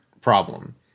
problem